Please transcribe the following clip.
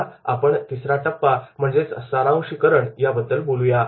आता पण तिसरा टप्पा म्हणजेच सारांशिकरण याबद्दल बोलू